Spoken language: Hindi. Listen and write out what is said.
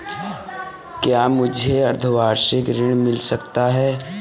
क्या मुझे अर्धवार्षिक ऋण मिल सकता है?